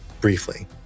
briefly